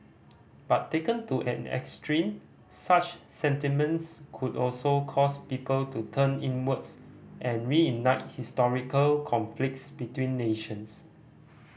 but taken to an extreme such sentiments could also cause people to turn inwards and reignite historical conflicts between nations